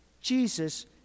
Jesus